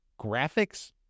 graphics